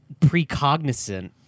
precognizant